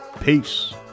Peace